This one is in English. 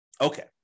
Okay